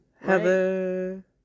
Heather